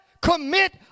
commit